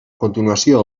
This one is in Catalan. continuació